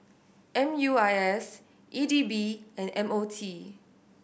M U I S E D B and M O T